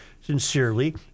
sincerely